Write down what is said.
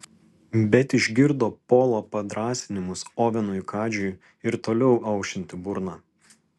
bet išgirdo polo padrąsinimus ovenui kadžiui ir toliau aušinti burną